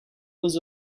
was